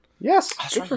Yes